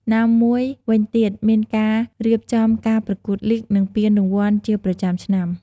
ណាមួយវិញទៀត មានការរៀបចំការប្រកួតលីគ និងពានរង្វាន់ជាប្រចាំឆ្នាំ។